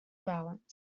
balance